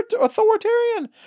authoritarian